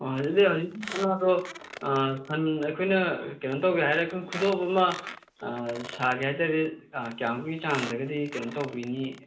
ꯑꯗꯨꯗꯤ ꯍꯧꯖꯤꯛꯀꯤ ꯁꯅꯥꯗꯣ ꯁꯟ ꯑꯩꯈꯣꯏꯅ ꯀꯩꯅꯣ ꯇꯧꯒꯦ ꯍꯥꯏꯔ ꯈꯨꯗꯣꯞ ꯑꯃ ꯁꯥꯒꯦ ꯍꯥꯏ ꯇꯥꯔꯗꯤ ꯀꯌꯥꯃꯨꯛꯀꯤ ꯆꯥꯡꯗꯒꯗꯤ ꯀꯩꯅꯣ ꯇꯧꯕꯤꯅꯤ